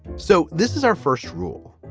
so this is our first rule.